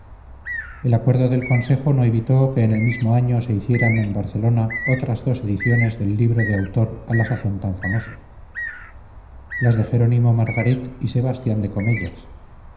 el acuerdo del consejo no evitó que en el mismo ano se hicieran en barcelona otras dos ediciones del libro de autor a la sazón tan famoso las de jerónimo margarit y sebastián de cormellas